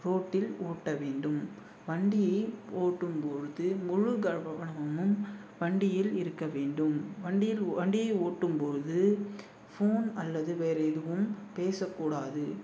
ரோட்டில் ஓட்ட வேண்டும் வண்டியை ஓட்டும்பொழுது முழு கவனமும் வண்டியில் இருக்க வேண்டும் வண்டியில் வண்டியை ஓட்டும்போது ஃபோன் அல்லது வேற எதுவும் பேசக்கூடாது